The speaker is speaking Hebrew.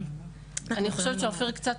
אני חושבת שאופיר קצת